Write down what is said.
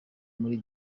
muri